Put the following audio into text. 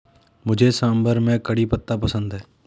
मुझे सांभर में करी पत्ता पसंद है